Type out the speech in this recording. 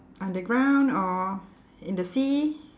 underground or in the sea